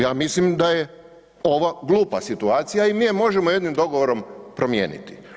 Ja mislim da je ova glupa situacija i mi je možemo jednim dogovorom promijeniti.